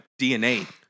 DNA